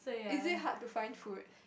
is it hard to find food